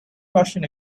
russian